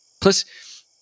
Plus